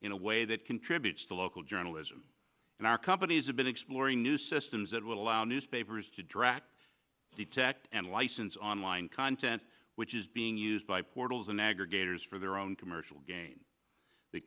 in a way that contributes to local journalism and our companies have been exploring new systems that would allow newspapers to drac detect and license online content which is being used by portals and aggregators for their own commercial gain the